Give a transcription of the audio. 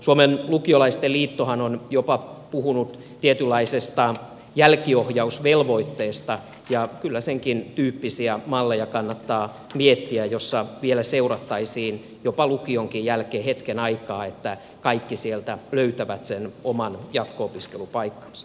suomen lukiolaisten liittohan on jopa puhunut tietynlaisesta jälkiohjausvelvoitteesta ja kyllä senkin tyyppisiä malleja kannattaa miettiä joissa vielä seurattaisiin jopa lukionkin jälkeen hetken aikaa että kaikki sieltä löytävät sen oman jatko opiskelupaikkansa